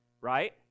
right